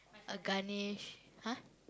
uh Ganesh !huh!